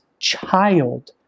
child